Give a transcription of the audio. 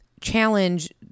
challenge